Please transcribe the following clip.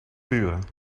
buren